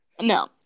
No